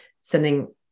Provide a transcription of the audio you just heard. sending